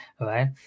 Right